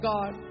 God